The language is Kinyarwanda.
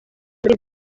muri